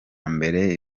mbere